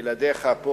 בלעדיך פה,